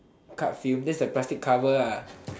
card film that's the plastic cover ah